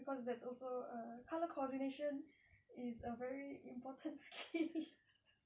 cause that's also uh colour coordination is a very important skill